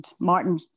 Martin